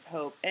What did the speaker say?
Hope